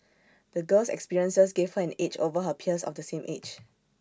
the girl's experiences gave her an edge over her peers of the same age